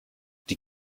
die